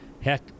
heck